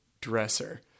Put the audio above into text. dresser